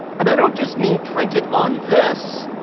and i don't just mean print it on this,